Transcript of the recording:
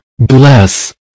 Bless